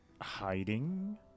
hiding